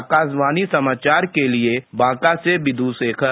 आकाशवाणी समाचार के लिए बांका से बिदु शेखर